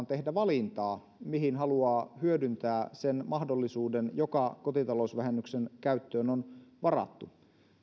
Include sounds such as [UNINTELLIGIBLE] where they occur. [UNINTELLIGIBLE] tehdä valintaa mihin haluaa hyödyntää sen mahdollisuuden joka kotitalousvähennyksen käyttöön on varattu